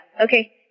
Okay